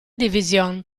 división